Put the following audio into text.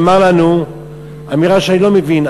נאמרה לנו אמירה שאני לא מבין,